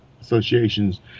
associations